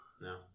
no